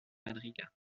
madruga